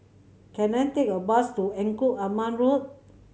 can I take a bus to Engku Aman Road